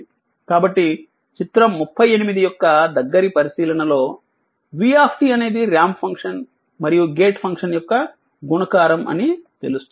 కాబట్టి చిత్రం 38 యొక్క దగ్గరి పరిశీలనలో v అనేది రాంప్ ఫంక్షన్ మరియు గేట్ ఫంక్షన్ యొక్క గుణకారం అని తెలుస్తుంది